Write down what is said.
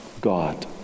God